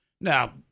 Now